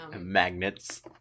Magnets